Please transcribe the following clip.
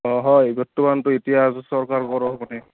অঁ হয় বৰ্তমানটো এতিয়া চৰকাৰ